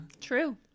True